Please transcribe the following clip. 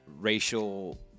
racial